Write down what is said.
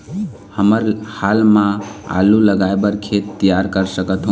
हमन हाल मा आलू लगाइ बर खेत तियार कर सकथों?